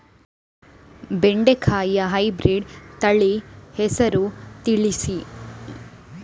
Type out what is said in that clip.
ಬೆಂಡೆಕಾಯಿಯ ಹೈಬ್ರಿಡ್ ತಳಿ ಹೆಸರು ತಿಳಿಸಿ?